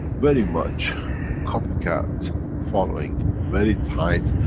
very much copycat following very tight,